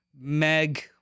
Meg